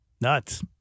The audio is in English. Nuts